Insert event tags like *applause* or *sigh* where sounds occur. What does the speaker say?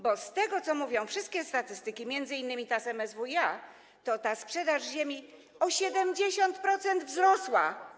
Bo z tego, co mówią wszystkie statystyki, m.in. ta z MSWiA, wynika, że sprzedaż ziemi *noise* o 70% wzrosła.